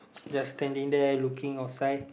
just standing there looking outside